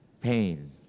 pain